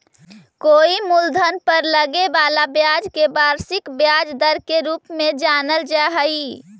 कोई मूलधन पर लगे वाला ब्याज के वार्षिक ब्याज दर के रूप में जानल जा हई